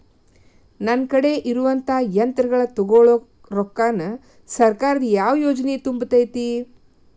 ನನ್ ಕಡೆ ಇರುವಂಥಾ ಯಂತ್ರಗಳ ತೊಗೊಳು ರೊಕ್ಕಾನ್ ಸರ್ಕಾರದ ಯಾವ ಯೋಜನೆ ತುಂಬತೈತಿ?